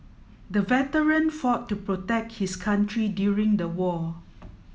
the veteran fought to protect his country during the war